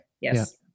Yes